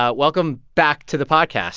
ah welcome back to the podcast